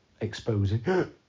exposing